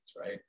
right